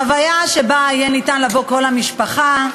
חוויה שאליה תוכל לבוא כל המשפחה.